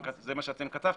זה מה שאתם כתבתם.